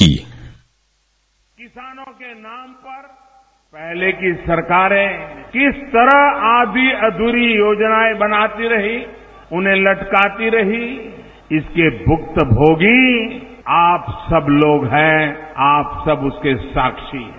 किसानों के नाम पर पहले की सरकारें किस तरह आघी अधूरी योजनाएं बनाती रही उन्हें लटकाती रही इसके भुक्तभोगी आप सब लोग हैं आप सब उसके साक्षी हैं